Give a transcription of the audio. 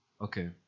Okay